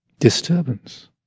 Disturbance